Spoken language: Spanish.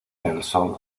nelson